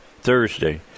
Thursday